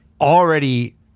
already